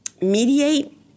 mediate